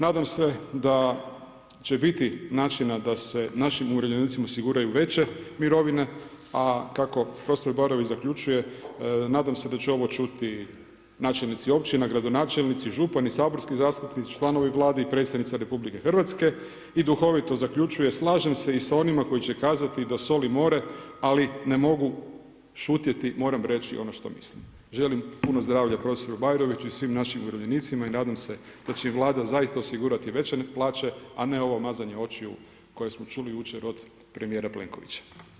Nadam se da će biti načina da se našim umirovljenicima osiguraju veće mirovine, a kako prof. Bajrović zaključuje nadam se da će ovo čuti načelnici općina, gradonačelnici, župani, saborski zastupnici, članovi Vlade i predsjednica Republike Hrvatske i duhovito zaključuje „Slažem se i sa onima koji će kazati da soli more, ali ne mogu šutjeti, moram reći ono što mislim.“ Želim puno zdravlja prof. Bajroviću i svim našim umirovljenicima i nadam se da će im Vlada zaista osigurati veće plaće, a ne ovo mazanje očiju koje smo čuli jučer od premijera Plenkovića.